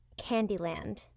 Candyland